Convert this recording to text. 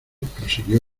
prosiguió